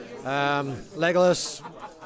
Legolas